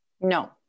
No